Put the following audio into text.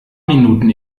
minuten